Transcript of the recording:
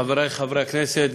חברי חברי הכנסת,